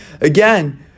Again